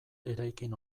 eraikin